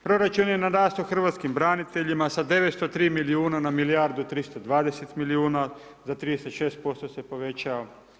Proračun je narastao hrvatskim braniteljima sa 903 milijuna na milijardu 320 milijuna, za 36% se povećao.